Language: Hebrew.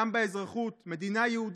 גם באזרחות: מדינה יהודית,